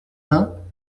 vingts